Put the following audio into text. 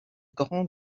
grands